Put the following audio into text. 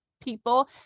people